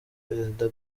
perezida